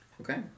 Okay